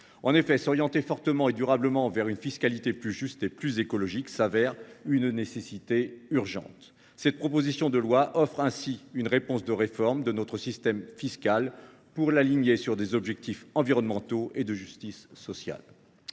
En effet, se diriger fortement et durablement vers une fiscalité plus juste et plus écologique se révèle une nécessité urgente. Cette proposition de loi offre ainsi une réponse qui consiste à réformer notre système fiscal pour l’aligner sur des objectifs environnementaux et de justice sociale.